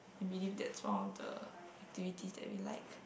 I believe that's one of the activity that we like